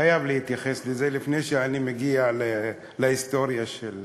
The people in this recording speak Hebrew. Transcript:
חייב להתייחס לזה לפני שאני מגיע להיסטוריה של